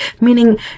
meaning